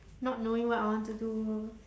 not knowing what I want to do